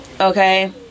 Okay